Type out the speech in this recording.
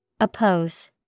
Oppose